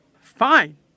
Fine